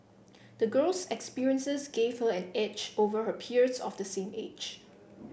the girl's experiences gave her an edge over her peers of the same age